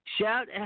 shout